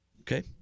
Okay